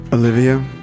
Olivia